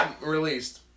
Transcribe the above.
released